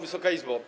Wysoka Izbo!